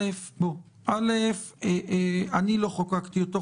אני לא חוקקתי אותו,